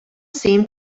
seemed